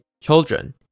children